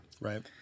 Right